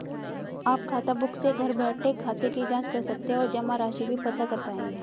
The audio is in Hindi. आप खाताबुक से घर बैठे खाते की जांच कर सकते हैं और जमा राशि भी पता कर पाएंगे